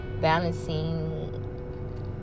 balancing